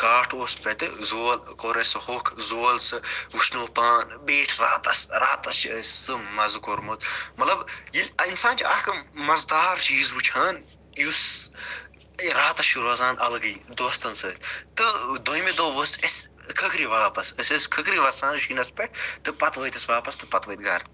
کاٹھ اوس تتہِ زول کوٚر اَسہِ سُہ ہوٚکھ زول سُہ وُشنوٚو پان پیٖٹھۍ راتَس راتَس چھ اَسہِ سُہ مَزٕ کوٚرمُت مَطلَب ییٚلہِ اِنسان چھ اکھ مَزٕدار چیٖز وٕچھان یُس راتَس چھُ روزان الگے دوستَن سۭتۍ تہٕ دٔیمہ دۄہ ؤژھ اَسہ کھَکھرِ واپس أسۍ ٲسۍ کھکھرِ وسان شیٖنَس پیٚٹھ تہٕ پَتہٕ وٲتۍ أسۍ واپَس تہٕ پَتہٕ وٲتۍ گَرٕ